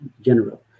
general